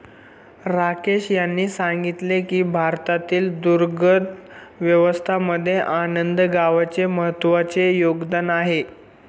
राकेश यांनी सांगितले की भारतातील दुग्ध व्यवसायामध्ये आनंद गावाचे महत्त्वाचे योगदान आहे